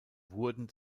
wurden